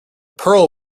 pearl